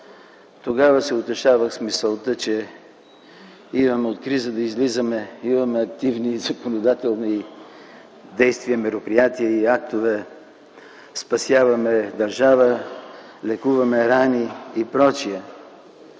Тогава се утешавах с мисълта, че имаме от криза да излизаме, имаме активни законодателни действия, мероприятия и актове, спасяваме държава, лекуваме рани и прочие.